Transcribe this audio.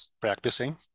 practicing